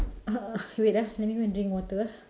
uh wait ah let me go and drink water ah